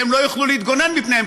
והם לא יוכלו להתגונן מפניהן,